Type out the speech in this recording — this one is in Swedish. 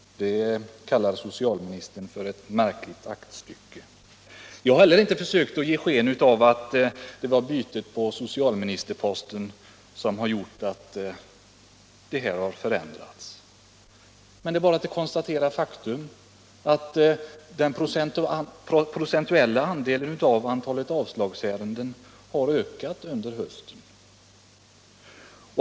Detta kallar alltså socialministern för ett märkligt aktstycke. Jag har inte heller försökt ge sken av att det är bytet på socialministerposten som har gjort att det har blivit en förändring. Men det är bara att konstatera faktum — att den procentuella andelen avslag har ökat under hösten.